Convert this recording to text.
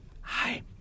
hi